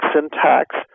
syntax